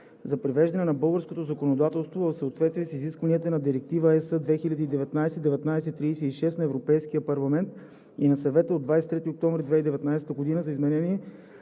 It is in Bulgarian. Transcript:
за привеждане на българското законодателство в съответствие с изискванията на Директива (ЕС) 2019/1936 на Европейския парламент и на Съвета от 23 октомври 2019 г. за изменение